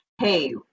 hey